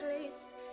place